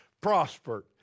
prospered